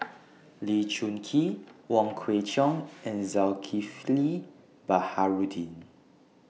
Lee Choon Kee Wong Kwei Cheong and Zulkifli Baharudin